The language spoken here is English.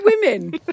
women